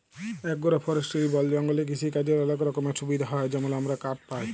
agro forestry বল জঙ্গলে কিসিকাজের অলেক রকমের সুবিধা হ্যয় যেমল আমরা কাঠ পায়